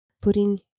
putting